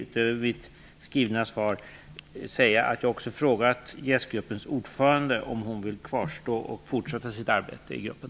Utöver mitt skrivna svar vill jag också tillägga att jag har frågat JÄST-gruppens ordförande om hon vill kvarstå som ordförande och fortsätta sitt arbete i gruppen.